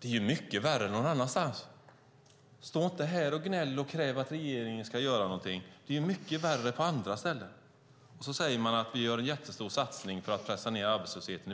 Det är mycket värre på andra håll. Stå inte här och gnäll och kräv att regeringen ska göra någonting. Det är ju mycket värre på andra ställen. Sedan säger man att regeringen gör en jättestor satsning i budgeten för att pressa ned arbetslösheten.